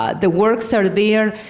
ah the works are there.